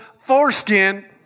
foreskin